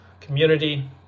community